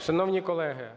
Шановні колеги,